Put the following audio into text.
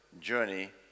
journey